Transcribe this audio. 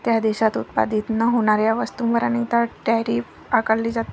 त्या देशात उत्पादित न होणाऱ्या वस्तूंवर अनेकदा टैरिफ आकारले जाते